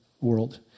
world